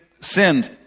sinned